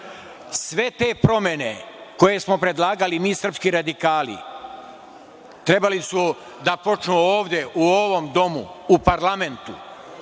Sve te promene koje smo predlagali mi srpski radikali, trebali su da počnu ovde u ovom parlamentu,